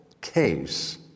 case